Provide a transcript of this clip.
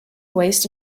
waste